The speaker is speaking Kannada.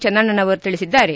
ಚನ್ನಣ್ಣನವರ್ ತಿಳಿಸಿದ್ದಾರೆ